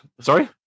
sorry